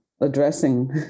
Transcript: addressing